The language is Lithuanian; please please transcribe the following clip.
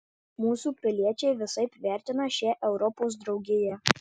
mūsų piliečiai visaip vertina šią europos draugiją